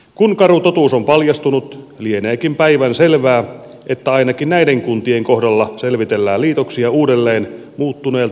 kun karu totuus on paljastunut lieneekin päivänselvää että ainakin näiden kuntien kohdalla selvitellään liitoksia uudelleen muuttuneelta pohjalta